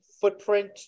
footprint